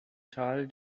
tal